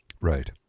Right